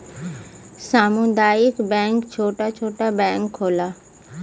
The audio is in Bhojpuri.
सामुदायिक बैंक छोटा छोटा बैंक होला